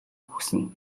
хүснэ